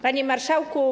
Panie Marszałku!